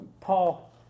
Paul